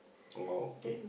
okay